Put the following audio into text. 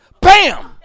Bam